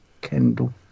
Kendall